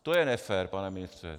To je nefér, pane ministře!